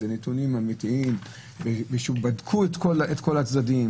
אלה נתונים אמיתיים אחרי שבדקו את כל הצדדים